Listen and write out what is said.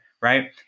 right